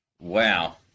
Wow